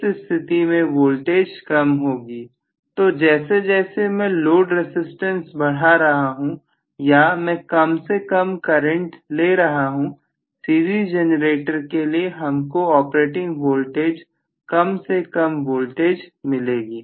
इस स्थिति में वोल्टेज कम होगी तो जैसे जैसे मैं लोड रसिस्टेंस बढ़ा रहा हूं या मैं कम से कम करंट ले रहा हूं सीरीज जनरेटर के लिए हमको ऑपरेटिंग वोल्टेज कम से कम वोल्टेज मिलेगी